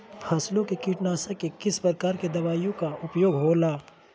फसलों के कीटनाशक के किस प्रकार के दवाइयों का उपयोग हो ला?